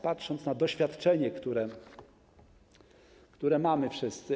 Patrząc na doświadczenie, które mamy wszyscy.